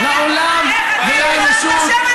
לא נתנו לי להוציא מילה.